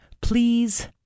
please